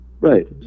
right